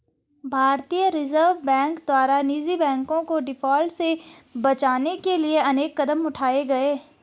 भारतीय reserve bank द्वारा निजी बैंकों को डिफॉल्ट से बचाने के लिए अनेक कदम उठाए गए